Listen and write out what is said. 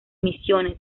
misiones